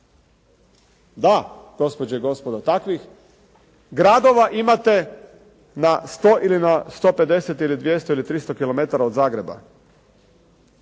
Da, gospođe i gospodo, takvih gradova imate na 100 ili na 150 ili 200 ili 300 km od Zagreba.